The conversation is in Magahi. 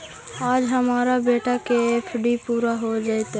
आज हमार बेटा के एफ.डी पूरा हो जयतई